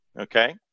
Okay